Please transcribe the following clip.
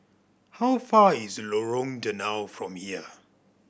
how far is Lorong Danau from here